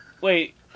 Wait